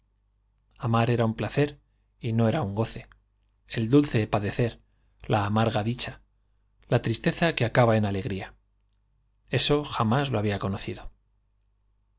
era un placer y no era un goce el dulce la tristeza que acaba en ale padecer la amarga dicha había conocido